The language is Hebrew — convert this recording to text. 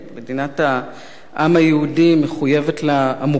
מדינת העם היהודי, מחויבת לה עמוקות